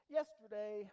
Yesterday